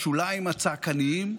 בשוליים הצעקניים.